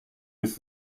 with